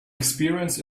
experience